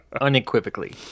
Unequivocally